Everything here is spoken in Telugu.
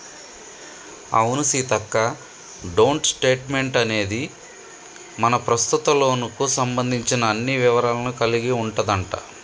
అవును సీతక్క డోంట్ స్టేట్మెంట్ అనేది మన ప్రస్తుత లోన్ కు సంబంధించిన అన్ని వివరాలను కలిగి ఉంటదంట